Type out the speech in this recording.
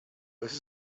this